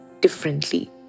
differently